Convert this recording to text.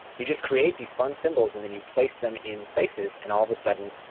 you just create these fun symbols, and then you place them in places, and all of a sudden,